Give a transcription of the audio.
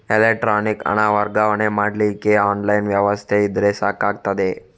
electronic ಹಣ ವರ್ಗಾವಣೆ ಮಾಡ್ಲಿಕ್ಕೆ ಆನ್ಲೈನ್ ವ್ಯವಸ್ಥೆ ಇದ್ರೆ ಸಾಕಾಗ್ತದೆ